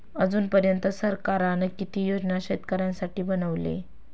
अजून पर्यंत सरकारान किती योजना शेतकऱ्यांसाठी बनवले?